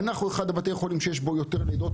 אנחנו אחד מבתי החולים שיש בו יותר לידות,